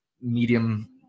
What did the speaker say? medium